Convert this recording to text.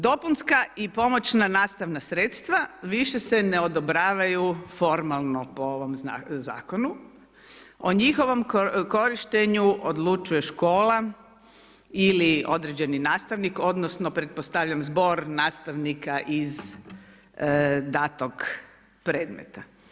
Dopunska i pomoćna nastavna sredstva, više se ne odobravaju po ovom zakonu, o njihovu korištenju odlučuje škola ili određeni nastavnik, ili pretpostavljam, zbor, nastavnika iz datog predmeta.